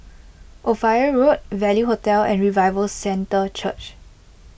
Ophir Road Value Hotel and Revival Centre Church